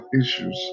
issues